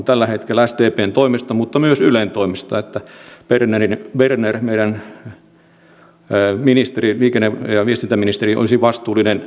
tällä hetkellä sdpn toimesta mutta myös ylen toimesta että berner meidän liikenne ja viestintäministerimme olisi vastuullinen